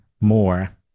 more